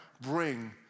bring